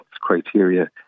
criteria